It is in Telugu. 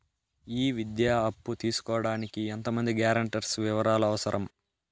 ఈ విద్యా అప్పు తీసుకోడానికి ఎంత మంది గ్యారంటర్స్ వివరాలు అవసరం?